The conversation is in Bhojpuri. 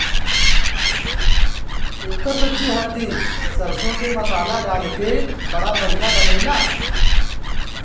एकर सब्जी हरदी सरसों के मसाला डाल के बड़ा बढ़िया बनेला